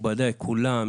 מכובדיי כולם,